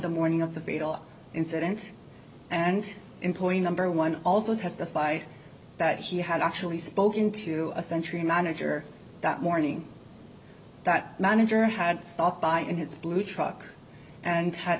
the morning of the beetle incident and employee number one also testified that he had actually spoken to a century manager that morning that manager had stopped by in his blue truck and